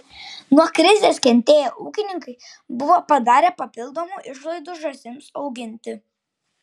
nuo krizės kentėję ūkininkai buvo padarę papildomų išlaidų žąsims auginti